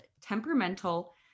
temperamental